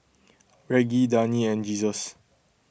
Reggie Dani and Jesus